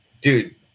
Dude